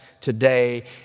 today